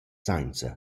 sainza